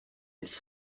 its